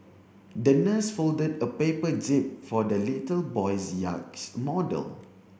the nurse folded a paper jib for the little boy's yacht model